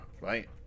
right